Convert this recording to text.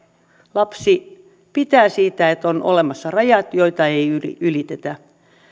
lapsi pitää siitä että on olemassa rajat joita ei ylitetä